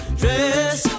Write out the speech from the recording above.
dress